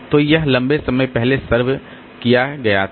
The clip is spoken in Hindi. तो यह लंबे समय पहले सर्वे किया गया था